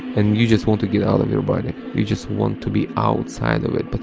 and you just want to get out of your body, you just want to be outside of it, but